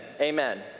amen